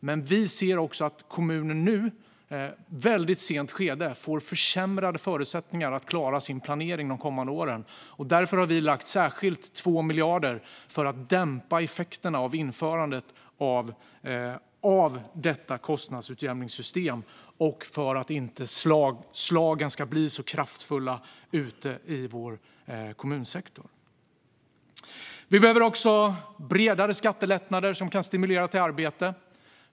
Men vi ser också att kommuner nu, i ett väldigt sent skede, får försämrade förutsättningar att klara sin planering de kommande åren. Därför har vi särskilt tillfört 2 miljarder kronor för att dämpa effekterna av införandet av detta kostnadsutjämningssystem och för att slagen inte ska bli så kraftfulla ute i vår kommunsektor. Vi behöver också bredare skattelättnader som kan stimulera till arbete.